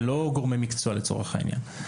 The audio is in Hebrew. ולא גורמי מקצוע, לצורך העניין.